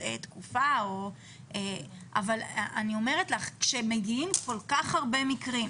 אבל אני אומרת לך שכאשר מגיעים כל כך הרבה מקרים,